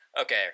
Okay